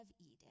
Eden